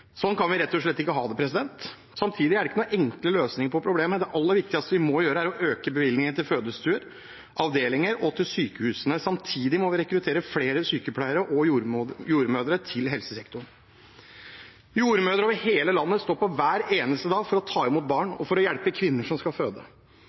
slett ikke ha det. Samtidig er det ikke noen enkle løsninger på problemet. Det aller viktigste vi må gjøre, er å øke bevilgningen til fødestuer, til avdelinger og til sykehusene. Samtidig må vi rekruttere flere sykepleiere og jordmødre til helsesektoren. Jordmødre over hele landet står på hver eneste dag for å ta imot barn